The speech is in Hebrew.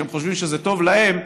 שהם חושבים שזה טוב להם,